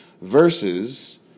versus